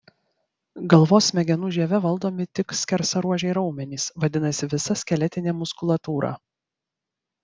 galvos smegenų žieve valdomi tik skersaruožiai raumenys vadinasi visa skeletinė muskulatūra